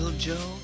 Joe